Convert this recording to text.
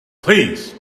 please